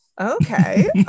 Okay